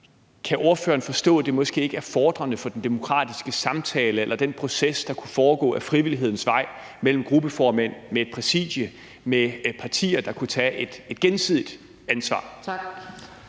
Kan ordføreren forstå, at det måske ikke er fordrende for den demokratiske samtale eller den proces, der kunne foregå ad frivillighedens vej mellem gruppeformænd, med et præsidie og med partier, der kunne tage et gensidigt ansvar?